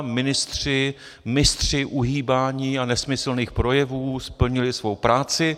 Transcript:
Ministři, mistři uhýbání a nesmyslných projevů, splnili svou práci.